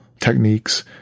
techniques